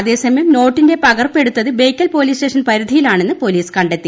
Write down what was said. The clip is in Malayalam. അതേസമയം നോട്ടിന്റെ പകർപ്പ് എടുത്തത് ബേക്കൽ പൊലിസ് സ്റ്റേഷൻ പരിധിയിലാണെന്ന് പൊലീസ് കണ്ടെത്തി